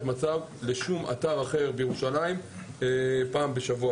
מצב לשום אתר אחר בירושלים פעם בשבוע,